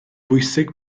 bwysig